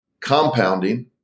compounding